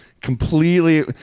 Completely